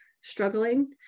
struggling